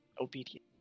obedient